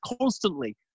constantly